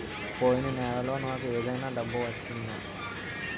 పోయిన నెలలో నాకు ఏదైనా డబ్బు వచ్చిందా?